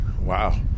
Wow